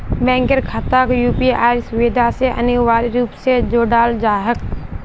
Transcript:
बैंकेर खाताक यूपीआईर सुविधा स अनिवार्य रूप स जोडाल जा छेक